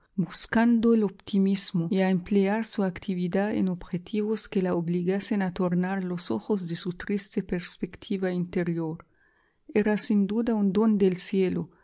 buscando el optimismo y a emplear su actividad en objetivos que la obligasen a tornar los ojos de su triste perspectiva interior era sin duda un don del cielo